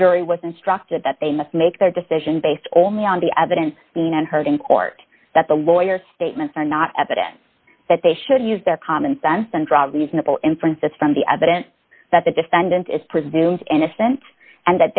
the jury was instructed that they must make their decision based only on the evidence seen and heard in court that the lawyer statements are not evidence that they should use their common sense and draw reasonable inferences from the evidence that the defendant is presumed innocent and